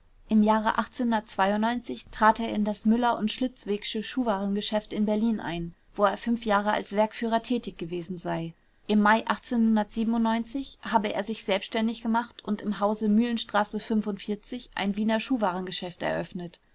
im jahre trat er in das müller schlitzwegsche schuhwarengeschäft in berlin ein wo er jahre als werkführer tätig gewesen sei im mai habe er sich selbständig gemacht und im hause mühlenstraße ein wiener schuhwarengeschäft eröffnet